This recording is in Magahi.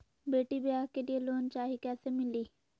बेटी ब्याह के लिए लोन चाही, कैसे मिली?